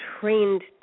trained